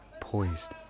poised